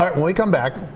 um when we come back.